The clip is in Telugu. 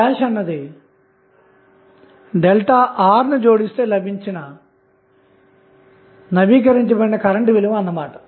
IL అన్నది ΔR ను జోడిస్తే లభించే నవీకరించిన కరెంటు విలువఅన్నమాట